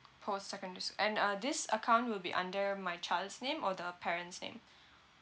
post secondary s~ and uh this account will be under my child's name or the parent's name